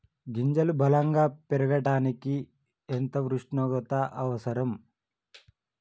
గింజలు బలం గా పెరగడానికి ఎంత ఉష్ణోగ్రత అవసరం?